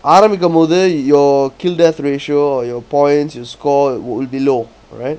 ஆரம்பிக்கும் போது:aarambikkum pothu your kill death ratio or your points you score will be low right